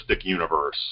universe